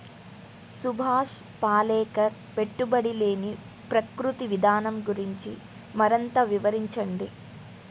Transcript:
సుభాష్ పాలేకర్ పెట్టుబడి లేని ప్రకృతి విధానం గురించి మరింత వివరించండి